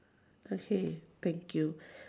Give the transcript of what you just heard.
okay thank you